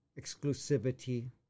exclusivity